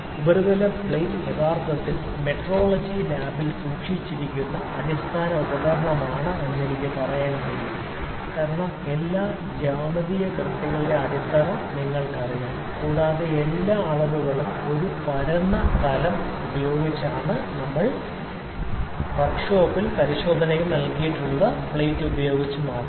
ഉപരിതല പ്ലേറ്റ് യഥാർത്ഥത്തിൽ ഒരു മെട്രോളജി ലാബിൽ സൂക്ഷിച്ചിരിക്കുന്ന അടിസ്ഥാന ഉപകരണം ആണ് എനിക്ക് പറയാൻ കഴിയും കാരണം എല്ലാ ജ്യാമിതീയ കൃത്യതയുടെയും അടിത്തറ നിങ്ങൾക്കറിയാം കൂടാതെ എല്ലാ അളവുകളും ഒരു പരന്ന തലം ആണ് ഇത് യഥാർത്ഥത്തിൽ വർക്ക് ഷോപ്പിൽ പരിശോധന ലബോറട്ടറികൾ നൽകിയിട്ടുണ്ട് ഉപരിതല പ്ലേറ്റ് ഉപയോഗിച്ച് മാത്രം